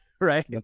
right